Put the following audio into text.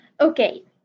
Okay